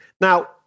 Now